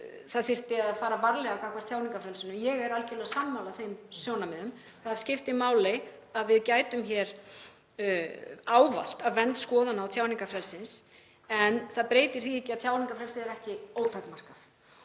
það þyrfti að fara varlega gagnvart tjáningarfrelsinu. Ég er algerlega sammála þeim sjónarmiðum. Það skiptir máli að við gætum ávallt að vernd skoðana og tjáningarfrelsis en það breytir því ekki að tjáningarfrelsið er ekki ótakmarkað.